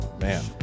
man